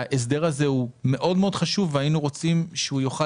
ההסדר הזה חשוב מאוד והיינו רוצים שהוא יוכל